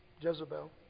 Jezebel